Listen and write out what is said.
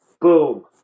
Boom